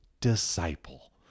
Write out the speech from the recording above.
disciple